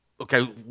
Okay